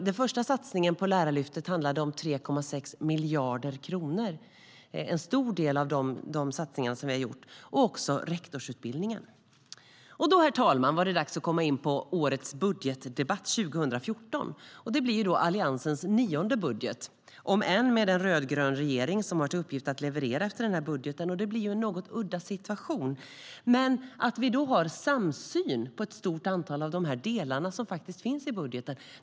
Den första satsningen, på Lärarlyftet, handlade om 3,6 miljarder kronor - en stor del av de satsningar som vi har gjort. Vi har också satsat på rektorsutbildningen. Men vi har samsyn på ett stort antal av de delar som finns i budgeten.